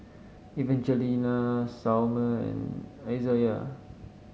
Evangelina Selmer and Izayah